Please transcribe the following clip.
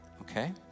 Okay